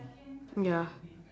ya